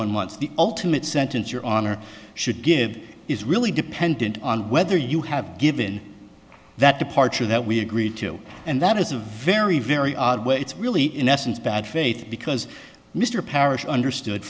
one months the ultimate sentence your honor should give is really dependent on whether you have given that departure that we agreed to and that is a very very odd way it's really in essence bad faith because mr parrish understood